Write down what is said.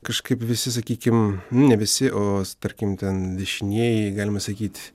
kažkaip visi sakykim nu ne visi o tarkim ten dešinieji galima sakyt